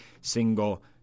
single